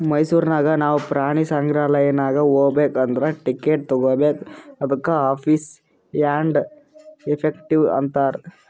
ಮೈಸೂರ್ ನಾಗ್ ನಾವು ಪ್ರಾಣಿ ಸಂಗ್ರಾಲಯ್ ನಾಗ್ ಹೋಗ್ಬೇಕ್ ಅಂದುರ್ ಟಿಕೆಟ್ ತಗೋಬೇಕ್ ಅದ್ದುಕ ಫೀಸ್ ಆ್ಯಂಡ್ ಎಫೆಕ್ಟಿವ್ ಅಂತಾರ್